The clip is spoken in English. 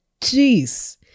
Jeez